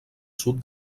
sud